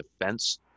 defense